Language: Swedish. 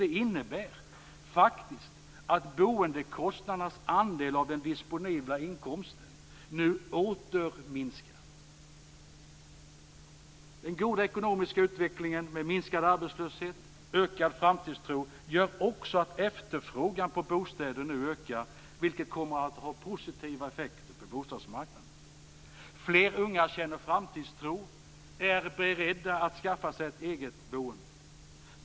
Det innebär faktiskt att boendekostnadernas andel av den disponibla inkomsten nu åter minskar. Den goda ekonomiska utvecklingen med minskad arbetslöshet och ökad framtidstro gör också att efterfrågan på bostäder ökar, vilket kommer att ha positiva effekter för bostadsmarknaden. Fler unga känner framtidstro och är beredda att skaffa sig ett eget boende.